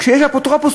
כשיש אפוטרופוס,